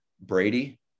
Brady